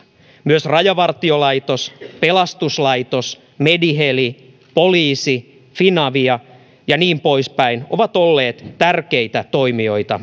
myös rajavartiolaitos pelastuslaitos medi heli poliisi finavia ja niin poispäin ovat olleet tärkeitä toimijoita